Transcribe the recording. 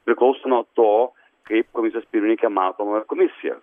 priklauso nuo to kaip komisijos pirmininkė mato komisiją